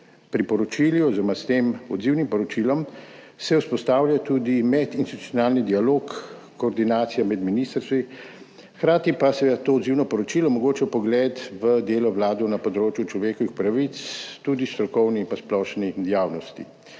priporočili oziroma s tem odzivnim poročilom se vzpostavlja tudi medinstitucionalni dialog, koordinacija med ministrstvi, hkrati pa seveda to odzivno poročilo omogoča vpogled v delo Vlade na področju človekovih pravic tudi strokovni in splošni javnosti.